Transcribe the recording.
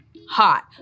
Hot